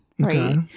Right